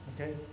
Okay